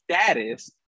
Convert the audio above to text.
status